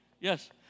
Yes